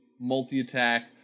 Multi-attack